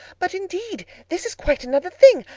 but indeed this is quite another thing.